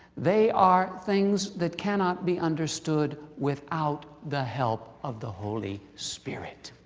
they are things that cannot be understood without the help of the holy spirit.